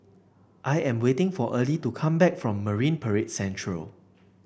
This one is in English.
I am waiting for Early to come back from Marine Parade Central